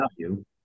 value